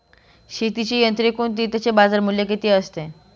शेतीची यंत्रे कोणती? त्याचे बाजारमूल्य किती असते?